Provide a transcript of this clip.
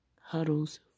Huddle's